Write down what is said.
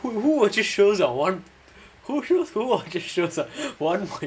who watches shows on one point two five speed